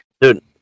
Dude